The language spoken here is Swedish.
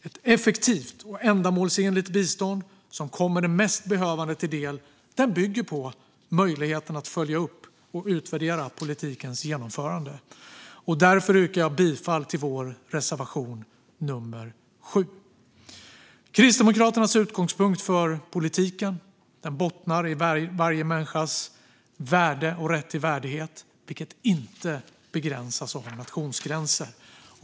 Ett effektivt och ändamålsenligt bistånd som kommer de mest behövande till del bygger på möjligheten att följa upp och utvärdera politikens genomförande. Jag yrkar därför bifall till vår reservation nummer 7. Kristdemokraternas utgångspunkt för politiken bottnar i varje människas värde och rätt till värdighet, som inte begränsas av nationsgränser.